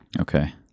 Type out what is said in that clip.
Okay